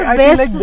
best